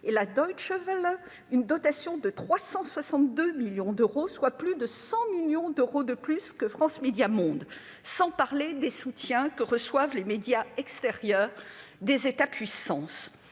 d'euros, et la une dotation de 362 millions d'euros, soit plus de 100 millions d'euros de plus que FMM ! Sans parler des soutiens que reçoivent les médias extérieurs des États puissances.